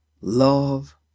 love